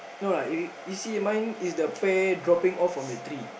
no lah if you if you see mine is the pear dropping off from the tree